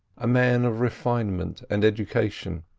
a man of refinement and education,